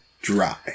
dry